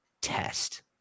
test